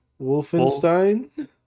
Wolfenstein